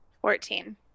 Fourteen